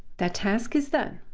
the task is done.